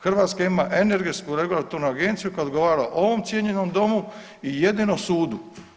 Hrvatska ima energetsku regulatornu agenciju koja odgovara ovom cijenjenom Domu i jedino sudu.